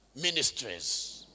ministries